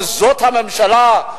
אבל זאת הממשלה,